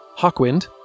Hawkwind